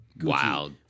Wow